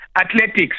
athletics